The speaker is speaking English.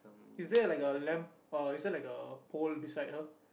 is there like a lamp uh is there like a pole beside her